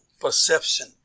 perception